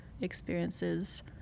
experiences